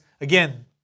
again